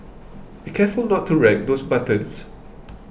be careful not to wreck those buttons